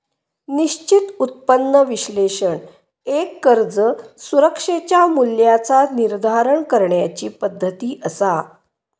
निश्चित उत्पन्न विश्लेषण एक कर्ज सुरक्षेच्या मूल्याचा निर्धारण करण्याची पद्धती असा